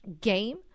game